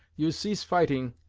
you cease fighting,